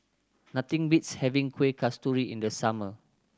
nothing beats having Kueh Kasturi in the summer